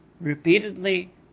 repeatedly